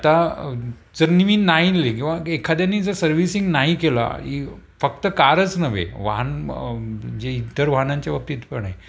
आता जर नेहमीन नाई किंवा एखाद्यानी जर सर्व्हिसिंग नाही केला ही फक्त कारच नव्हे वाहन जे इतर वाहनांच्या बाबतीत पण आहे